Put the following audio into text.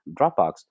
Dropbox